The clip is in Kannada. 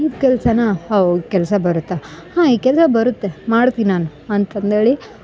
ಈ ಕೆಲ್ಸನ ಹೊ ಈ ಕೆಲಸ ಬರುತ್ತೆ ಹಾಂ ಈ ಕೆಲಸ ಬರುತ್ತೆ ಮಾಡ್ತೀನಿ ನಾನು ಅಂತಂದೇಳಿ